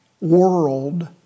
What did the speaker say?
world